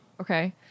okay